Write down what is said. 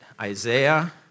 Isaiah